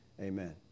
Amen